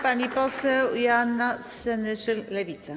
Pani poseł Joanna Senyszyn, Lewica.